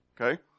Okay